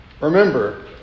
remember